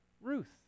Ruth